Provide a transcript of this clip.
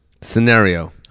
Scenario